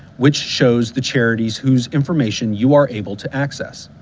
which shows the charities whose information you are able to access.